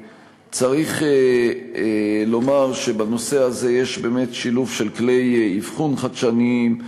צריך לומר שבנושא הזה יש באמת שילוב של כלי אבחון חדשניים,